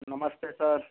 नमस्ते सर